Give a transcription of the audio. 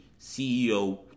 CEO